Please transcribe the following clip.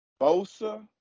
Bosa